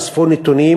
אספו נתונים